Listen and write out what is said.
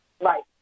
Right